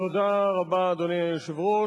תודה רבה, אדוני היושב-ראש.